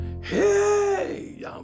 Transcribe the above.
Hey